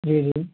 जी जी